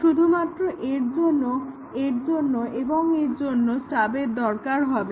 শুধুমাত্র এর জন্য এর জন্য এবং এর জন্য স্টাবের দরকার হবে